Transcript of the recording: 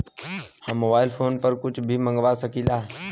हम mobile phone पर कुछ भी मंगवा सकिला?